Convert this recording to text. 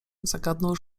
zagadnął